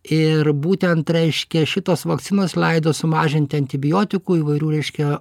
ir būtent reiškia šitos vakcinos leido sumažinti antibiotikų įvairių reiškia